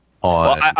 on